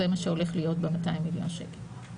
זה מה שהולך להיות ב-200 מיליון שקל.